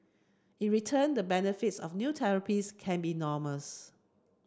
in return the benefits of new therapies can be enormous